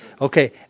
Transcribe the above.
Okay